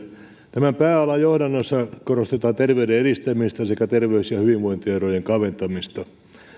tämän pääalan johdannossa korostetaan terveyden edistämistä sekä terveys ja hyvinvointierojen kaventamista